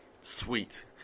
sweet